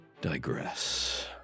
digress